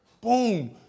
Boom